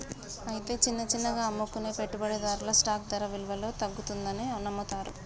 అయితే చిన్న చిన్నగా అమ్ముకునే పెట్టుబడిదారులు స్టాక్ ధర విలువలో తగ్గుతుందని నమ్ముతారు